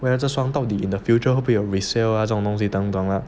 whether 这双 in the future 会不会有 resale 啊这种东西等等 ah